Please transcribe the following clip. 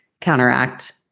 counteract